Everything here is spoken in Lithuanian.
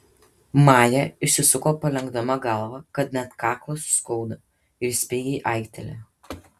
maja išsisuko palenkdama galvą kad net kaklą suskaudo ir spigiai aiktelėjo